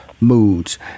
Moods